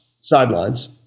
sidelines